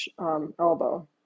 elbow